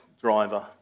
driver